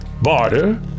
barter